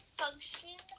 function